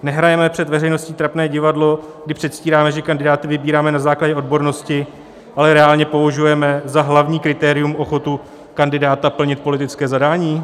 Nehrajeme před veřejností trapné divadlo, kdy předstíráme, že kandidáty vybíráme na základě odbornosti, ale reálně považujeme za hlavní kritérium ochotu kandidáta plnit politické zadání?